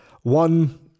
one